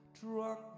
Drunk